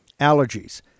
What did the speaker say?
allergies